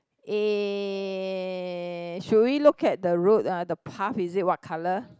eh should we look at the road ah the path is it what colour